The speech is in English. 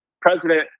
President